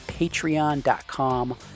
patreon.com